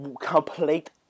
complete